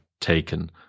taken